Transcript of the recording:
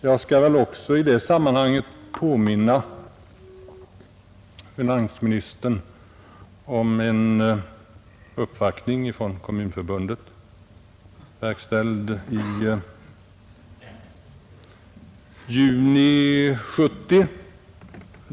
Jag bör också i detta sammanhang påminna finansministern om en uppvaktning från Kommunförbundet som verkställdes i juni 1970.